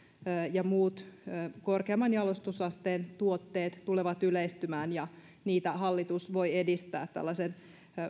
ja muut korkeamman jalostusasteen tuotteet tulevat yleistymään ja niitä hallitus voi edistää tällaisten